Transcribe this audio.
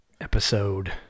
episode